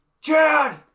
Chad